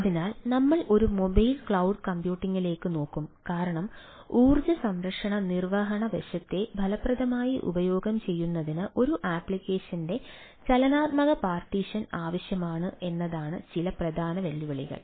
അതിനാൽ നമ്മൾ ഒരു മൊബൈൽ ക്ലൌഡ് കമ്പ്യൂട്ടിംഗിലേക്ക് നോക്കും കാരണം ഊർജ്ജ സംരക്ഷണ നിർവ്വഹണ വശത്തെ ഫലപ്രദമായി ഉപയോഗം ചെയ്യുന്നതിന് ഒരു ആപ്ലിക്കേഷന്റെ ചലനാത്മക പാർട്ടീഷൻ ആവശ്യമാണ് എന്നതാണ് ചില പ്രധാന വെല്ലുവിളികൾ